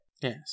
Yes